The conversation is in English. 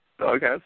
Okay